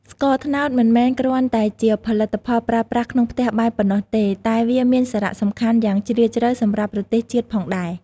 ស្ករត្នោតមិនមែនគ្រាន់តែជាផលិតផលប្រើប្រាស់ក្នុងផ្ទះបាយប៉ុណ្ណោះទេ តែវាមានសារៈសំខាន់យ៉ាងជ្រាលជ្រៅសម្រាប់ប្រទេសជាតិផងដែរ។